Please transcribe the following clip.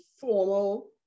formal